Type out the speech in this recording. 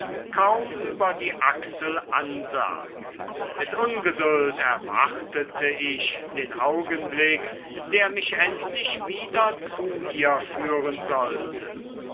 kaum über die achsel ansah mit ungeduld erwartete ich den augenblick der mich endlich wieder zu ihr führen sollte